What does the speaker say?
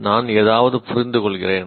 நான் ஏதாவது புரிந்துகொள்கிறேன்